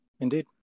Indeed